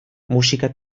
musika